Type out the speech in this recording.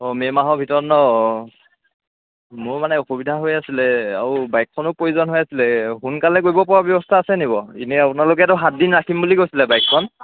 অঁ মে' মাহৰ ভিতৰত ন মোৰ মানে অসুবিধা হৈ আছিলে আৰু বাইকখনো প্ৰয়োজন হৈ আছিলে সোনকালে কৰিব পৰা ব্যৱস্থা আছে নি বাৰু এনেই আপোনালোকেতো সাতদিন ৰাখিম বুলি কৈছিলে বাইকখন